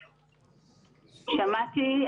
שמעתי.